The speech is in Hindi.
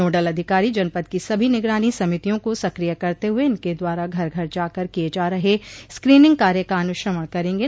नोडल अधिकारी जनपद की सभी निगरानी समितियों को सक्रिय करते हुए इनके द्वारा घर घर जाकर किये जा रहे स्क्रीनिंग कार्य का अनुश्रवण करेंगे